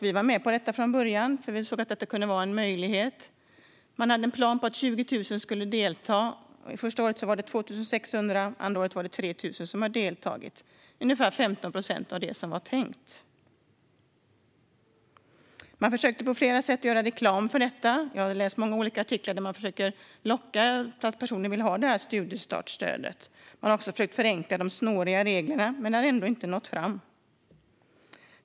Vi var med på det från början då vi såg att det skulle kunna vara en möjlighet. Man hade en plan på att 20 000 skulle delta. Första året var det 2 600 och andra året 3 000 som deltog. Det är ungefär 15 procent av det som var tänkt. Man har försökt att göra reklam för detta på många sätt. Jag har läst många olika artiklar där man försöker locka personer att vilja ha studiestartsstödet. Man har också försökt förenkla de snåriga reglerna men ändå inte nått fram.